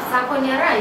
sako nėra